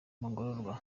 mugororwa